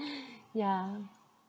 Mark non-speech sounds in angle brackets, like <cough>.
<breath> ya